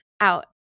out